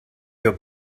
your